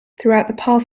throughout